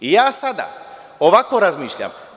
Ja sada ovako razmišljam.